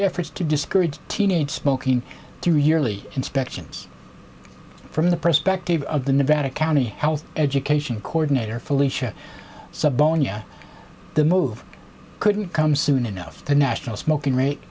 efforts to discourage teenage smoking through yearly inspections from the perspective of the nevada county health education coordinator felicia sub zero nya the move couldn't come soon enough the national smoking rate